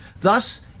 Thus